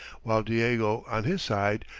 while diego on his side,